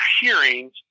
hearings